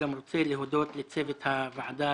אני גם רוצה להודות לצוות הוועדה,